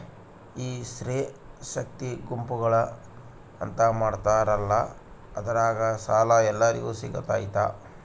ಈ ಸ್ತ್ರೇ ಶಕ್ತಿ ಗುಂಪುಗಳು ಅಂತ ಮಾಡಿರ್ತಾರಂತಲ ಅದ್ರಾಗ ಸಾಲ ಎಲ್ಲರಿಗೂ ಸಿಗತೈತಾ?